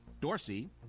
Dorsey